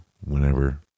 whenever